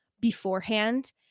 beforehand